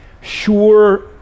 Sure